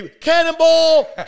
Cannonball